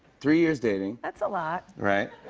three years dating. that's a lot. right?